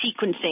sequencing